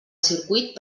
circuit